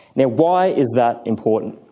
now, why is that important?